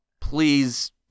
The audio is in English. Please